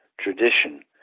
tradition